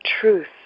truth